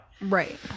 Right